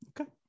okay